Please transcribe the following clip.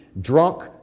drunk